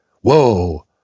whoa